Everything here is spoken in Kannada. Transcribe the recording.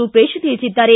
ರೂಪೇಶ್ ತಿಳಿಸಿದ್ದಾರೆ